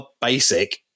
Basic